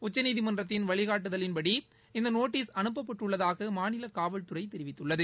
உச்சநீதிமன்றத்தின் வழிகாட்டுதலின்படி இந்தநோட்டீஸ் அனுப்பப்பட்டுள்ளதாகமாநிலகாவல்துறைதெரிவித்துள்ளது